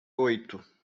oito